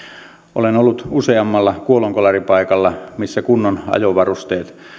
olen ollut useammalla kuolonkolaripaikalla missä kunnon ajovarusteet